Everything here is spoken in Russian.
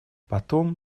потом